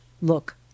Look